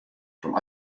from